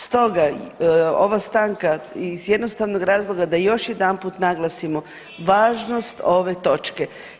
Stoga ova stanka iz jednostavnog razloga da još jedanput naglasimo važnost ove točke.